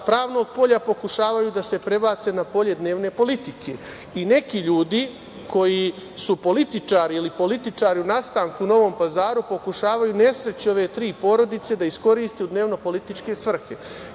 pravnog polja pokušavaju da se prebace na polje dnevne politike. Neki ljudi, koji su politiri ili političari u nastanku u Novom Pazaru pokušavaju u nesreći ove tri porodice da iskoriste u dnevno političke svrhe. Molim